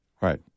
Right